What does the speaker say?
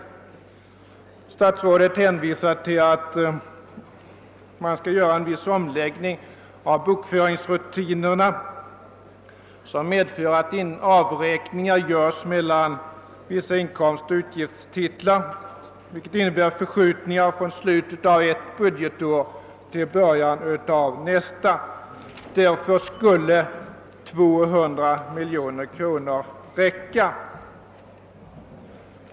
Statsrådet säger all man skall företa en viss omläggning av bokföringsrutinerna som medför att avräkningar görs mellan vissa inkomstoch utgiftstitlar, vilket innebär förskjutningar från slutet av ett budgetår till början av nästa. Det skulle därför räcka med 200 miljoner kronor.